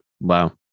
Wow